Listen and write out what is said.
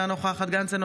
אינה נוכחת בנימין גנץ,